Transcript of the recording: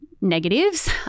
negatives